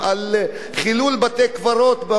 חילול בתי-קברות מוסלמיים.